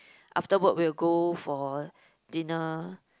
after work we will go for dinner